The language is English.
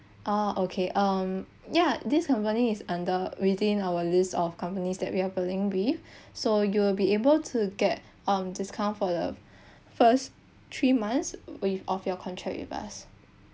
oh okay um ya this company is under within our list of companies that we are pulling with so you will be able to get um discount for the first three months with of your contract with us